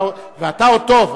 אתה עוד טוב.